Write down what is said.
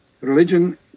religion